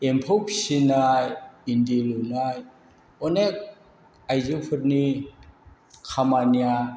एम्फौ फिसिनाय इन्दि लुनाय अनेख आइजोफोरनि खामानिया